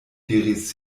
diris